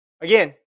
again